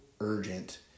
urgent